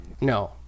No